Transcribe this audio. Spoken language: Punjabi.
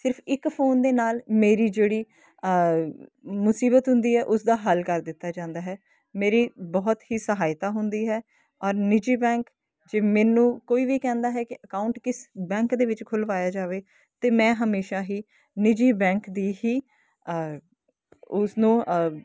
ਸਿਰਫ਼ ਇੱਕ ਫੋਨ ਦੇ ਨਾਲ ਮੇਰੀ ਜਿਹੜੀ ਮੁਸੀਬਤ ਹੁੰਦੀ ਹੈ ਉਸਦਾ ਹੱਲ ਕਰ ਦਿੱਤਾ ਜਾਂਦਾ ਹੈ ਮੇਰੀ ਬਹੁਤ ਹੀ ਸਹਾਇਤਾ ਹੁੰਦੀ ਹੈ ਔਰ ਨਿੱਜੀ ਬੈਂਕ ਜੇ ਮੈਨੂੰ ਕੋਈ ਵੀ ਕਹਿੰਦਾ ਹੈ ਕਿ ਅਕਾਊਂਟ ਕਿਸ ਬੈਂਕ ਦੇ ਵਿੱਚ ਖੁਲਵਾਇਆ ਜਾਵੇ ਤਾਂ ਮੈਂ ਹਮੇਸ਼ਾ ਹੀ ਨਿੱਜੀ ਬੈਂਕ ਦੀ ਹੀ ਉਸਨੂੰ